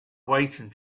wait